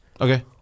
Okay